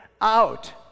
out